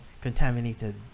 contaminated